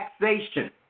taxation